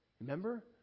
remember